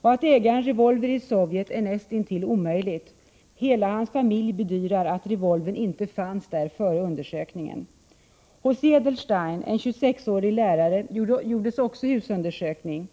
Att äga en revolver i Sovjet är näst intill omöjligt. Hela hans familj bedyrar att revolvern inte fanns där före undersökningen. Hos Edelstein, en 26-årig lärare, gjordes också husundersökning.